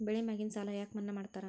ಬೆಳಿ ಮ್ಯಾಗಿನ ಸಾಲ ಯಾಕ ಮನ್ನಾ ಮಾಡ್ತಾರ?